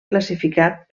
classificat